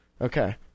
Okay